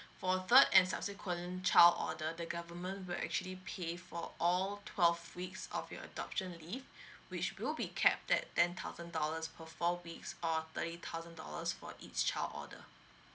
for third and subsequent child order the government will actually pay for all twelve weeks of your adoption leave which will be capped at ten thousand dollars per four weeks or thirty thousand dollars for each child order